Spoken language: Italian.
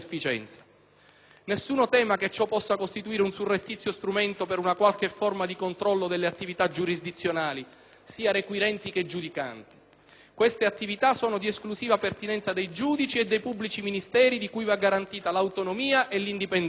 Nessuno tema che ciò possa costituire un surrettizio strumento per una qualche forma di controllo delle attività, sia requirenti che giudicanti. Queste attività sono di esclusiva pertinenza dei giudici e dei pubblici ministeri di cui va garantita l'autonomia e l'indipendenza.